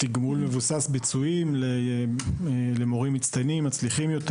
תגמול מבוסס ביצועים למורים מצטיינים ומצליחים יותר?